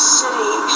city